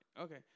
Okay